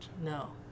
No